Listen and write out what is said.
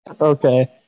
Okay